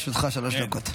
לרשותך שלוש דקות.